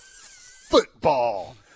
football